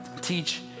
teach